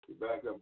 backup